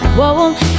Whoa